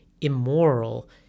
immoral